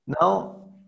Now